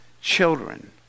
children